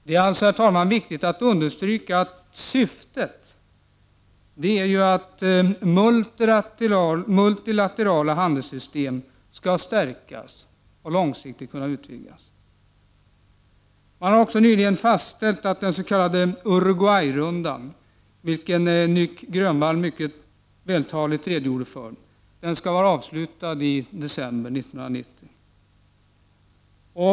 Det är alltså viktigt att understryka att syftet är att multilaterala handelssystem skall stärkas och långsiktigt kunna utvidgas. Man har också nyligen fastställt att den s.k. Uruguayrundan, vilken Nic Grönvall mycket vältaligt redogjorde för, skall vara avslutad i december 1990.